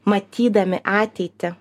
matydami ateitį